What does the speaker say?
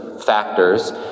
Factors